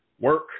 work